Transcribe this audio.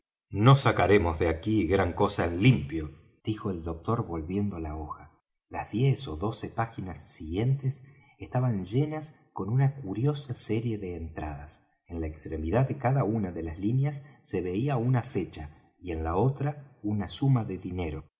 no sacaremos de aquí gran cosa en limpio dijo el doctor volviendo la hoja las diez ó doce páginas siguientes estaban llenas con una curiosa serie de entradas en la extremidad de cada una de las líneas se veía una fecha y en la otra una suma de dinero